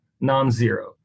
non-zero